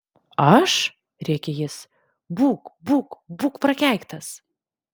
aš rėkė jis būk būk būk prakeiktas